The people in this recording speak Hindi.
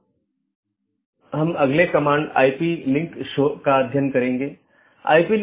जैसा कि हमने पहले उल्लेख किया है कि विभिन्न प्रकार के BGP पैकेट हैं